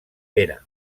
pere